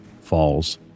falls